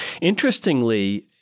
Interestingly